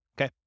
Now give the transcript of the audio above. Okay